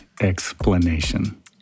explanation